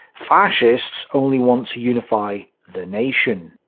fascists only want to unify the nation.